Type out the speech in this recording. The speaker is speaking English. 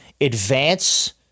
advance